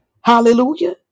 hallelujah